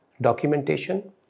documentation